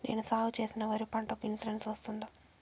నేను సాగు చేసిన వరి పంటకు ఇన్సూరెన్సు వస్తుందా?